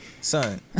Son